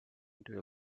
into